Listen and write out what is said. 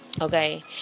Okay